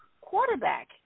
quarterback